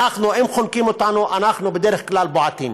אנחנו, אם חונקים אותנו, אנחנו בדרך כלל בועטים.